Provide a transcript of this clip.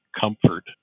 comfort